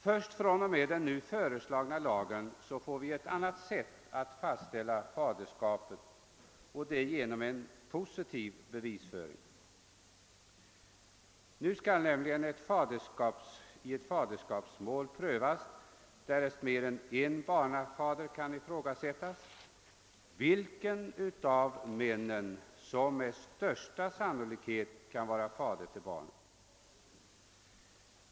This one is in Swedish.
Först 1 och med den nu föreslagna lagen införs ett annat sätt att fastställa faderskapet, nämligen genom positiv bevisföring. Nu skall nämligen i faderskapsmål, därest mer än en person kan komma i fråga som fader till barnet, prövas vilken av männen som med största sannolikhet är fader till barnet.